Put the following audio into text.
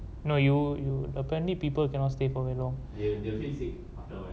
no you you apparently people cannot stay for very long